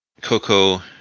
Coco